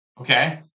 okay